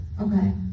Okay